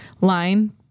line